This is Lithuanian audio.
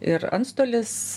ir antstolis